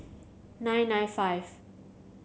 nine nine five